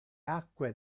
acque